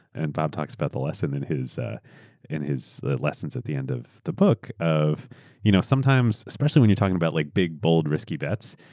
and bob talks about the lesson in his ah in his lessons at the end of the book of you know sometimes, especially when you talk about like big bold risky bets,